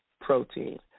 protein